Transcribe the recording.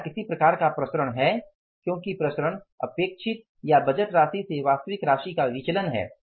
क्या किसी प्रकार का प्रसरण है क्योंकि प्रसरण अपेक्षित या बजट राशि से वास्तविक राशि का विचलन है